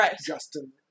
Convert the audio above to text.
Justin